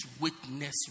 witness